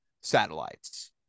satellites